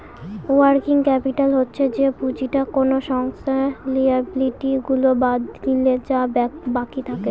working capital হচ্ছে যে পুঁজিটা কোনো সংস্থার লিয়াবিলিটি গুলা বাদ দিলে যা বাকি থাকে